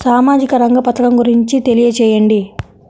సామాజిక రంగ పథకం గురించి తెలియచేయండి?